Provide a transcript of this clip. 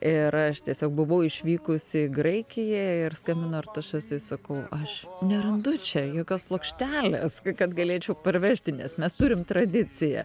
ir aš tiesiog buvau išvykus į graikiją ir skambinu artašesui sakau aš nerandu čia jokios plokštelės kad galėčiau parvežti nes mes turim tradiciją